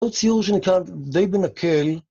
‫הוא ציור שנקרא די בנקל.